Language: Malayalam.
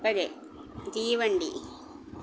തീവണ്ടി